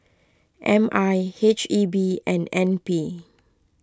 M I H E B and N P